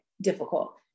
difficult